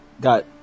got